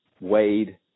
weighed